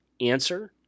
answer